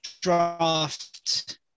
draft